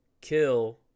kill